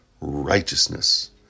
Righteousness